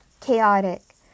chaotic